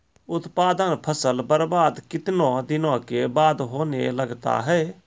उत्पादन फसल बबार्द कितने दिनों के बाद होने लगता हैं?